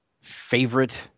favorite